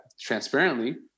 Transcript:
transparently